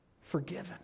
forgiven